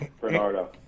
Bernardo